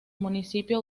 municipio